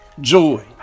joy